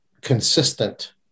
consistent